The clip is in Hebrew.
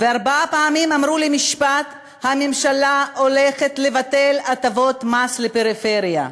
וארבע פעמים אמרו משפט: הממשלה הולכת לבטל הטבות מס לפריפריה.